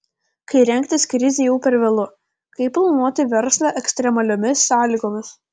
kai rengtis krizei jau per vėlu kaip planuoti verslą ekstremaliomis sąlygomis